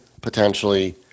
potentially